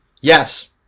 Yes